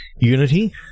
Unity